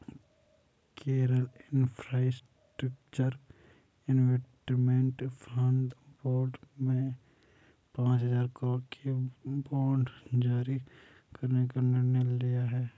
Kerala infrastructure investment fund board ने पांच हजार करोड़ के बांड जारी करने का निर्णय लिया